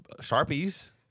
sharpies